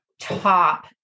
Top